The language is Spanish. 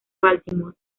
baltimore